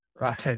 right